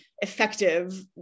effective